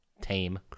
tame